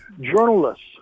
journalists